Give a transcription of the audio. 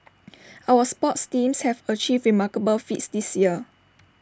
our sports teams have achieved remarkable feats this year